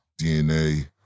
DNA